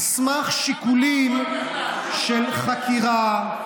על סמך שיקולים של חקירה,